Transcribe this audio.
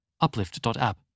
Uplift.app